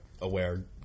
aware